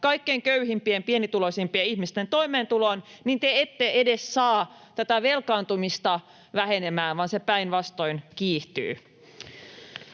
kaikkein köyhimpien, pienituloisimpien ihmisten toimeentuloon, te ette edes saa tätä velkaantumista vähenemään, vaan se päinvastoin kiihtyy.